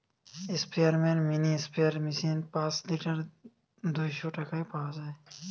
স্পেয়ারম্যান mini sprayer machine পাঁচ litre দুইশ টাকায় পাওয়া যায়